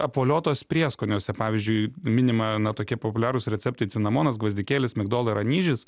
apvoliotos prieskoniuose pavyzdžiui minima na tokie populiarūs receptai cinamonas gvazdikėlis migdolai ir anyžius